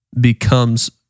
becomes